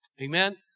Amen